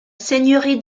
seigneurie